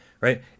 right